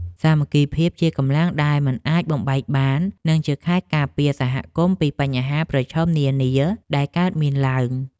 សាមគ្គីភាពជាកម្លាំងដែលមិនអាចបំបែកបាន និងជាខែលការពារសហគមន៍ពីបញ្ហាប្រឈមនានាដែលកើតមានឡើង។